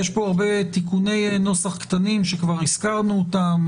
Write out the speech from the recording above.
יש פה הרבה תיקוני נוסח קטנים שכבר הזכרנו אותם